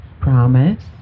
Promise